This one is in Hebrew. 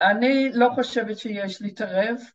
‫אני לא חושבת שיש להתערב.